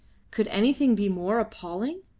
could anything be more appalling?